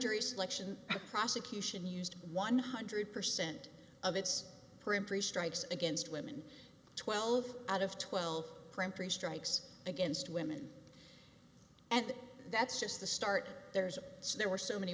jury selection prosecution used one hundred percent of its peremptory strikes against women twelve out of twelve point three strikes against women and that's just the start there's so there were so many